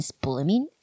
blooming